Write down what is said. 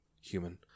human